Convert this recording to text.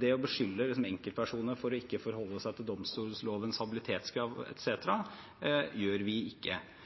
det å beskylde enkeltpersoner for ikke å forholde seg til domstollovens habilitetskrav etc. gjør vi ikke.